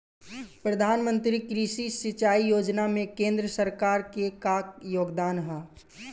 प्रधानमंत्री कृषि सिंचाई योजना में केंद्र सरकार क का योगदान ह?